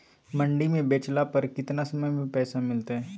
मंडी में बेचला पर कितना समय में पैसा मिलतैय?